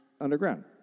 underground